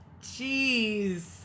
Jeez